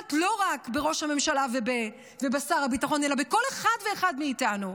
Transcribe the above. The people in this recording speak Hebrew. שפוגעת לא רק בראש הממשלה ובשר הביטחון אלא בכל אחד ואחד מאיתנו,